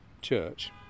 church